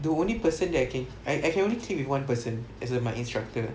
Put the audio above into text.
the only person that can I can only click with one person as a my instructor